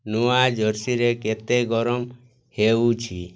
ନୂଆ ଜର୍ସିରେ କେତେ ଗରମ ହେଉଛି